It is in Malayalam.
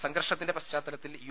സംഘർഷത്തിന്റെ പശ്ചാത്തലത്തിൽ യു